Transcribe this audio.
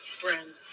friends